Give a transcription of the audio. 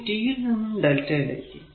ഇനി t യിൽ നിന്നും Δ ലേക്ക്